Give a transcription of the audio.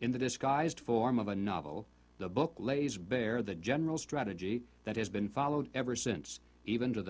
in the disguised form of a novel the book lays bare the general strategy that has been followed ever since even to the